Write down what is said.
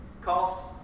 cost